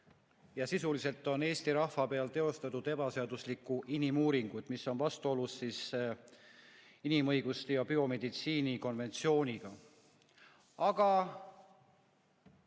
ja sisuliselt on Eesti rahva peal teostatud ebaseaduslikke inimuuringuid, mis on vastuolus inimõiguste ja biomeditsiini konventsiooniga.